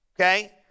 Okay